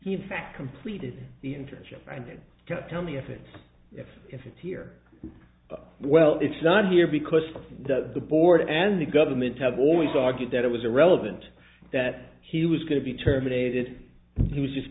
he fact completed the internship and then tell me if it if if it's here well it's not here because of the board and the government have always argued that it was irrelevant that he was going to be terminated he was just